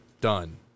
done